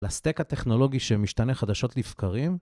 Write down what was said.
לסטק הטכנולוגי שמשתנה חדשות לבקרים